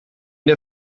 der